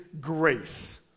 grace